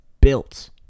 built